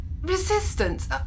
Resistance